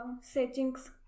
settings